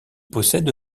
possède